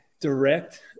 direct